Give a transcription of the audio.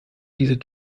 diese